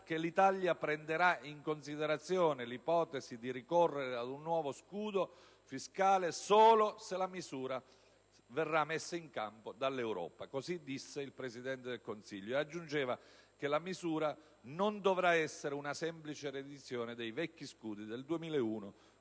che «l'Italia prenderà in considerazione l'ipotesi di ricorrere ad un nuovo scudo fiscale solo se la misura verrà messa in campo dall'Europa» e aggiungeva che «la misura non dovrà essere una semplice riedizione dei vecchi scudi del 2001